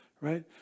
right